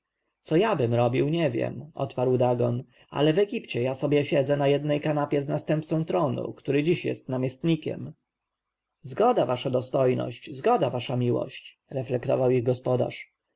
co jabym robił nie wiem rzekł dagon ale w egipcie ja sobie siedzę na jednej kanapie z następcą tronu który dziś jest namiestnikiem zgoda wasza dostojność zgoda wasza miłość reflektował ich gospodarz